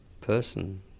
person